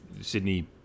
Sydney